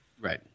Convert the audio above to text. Right